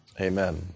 amen